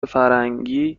فرهنگی